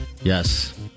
Yes